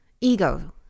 ego